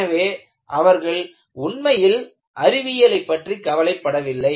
எனவே அவர்கள் உண்மையில் அறிவியலைப் பற்றி கவலைப்படவில்லை